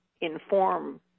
inform